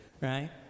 Right